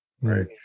Right